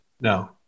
No